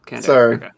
Sorry